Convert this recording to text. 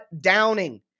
Downing